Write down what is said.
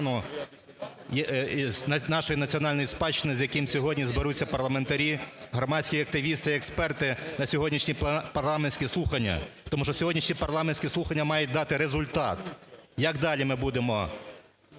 нашої національної спадщини, з яким сьогодні зберуться парламентарі, громадські активісти і експерти на сьогоднішні парламентські слухання. Тому що сьогоднішні парламентські слухання мають дати результат, як далі ми будемо